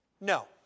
No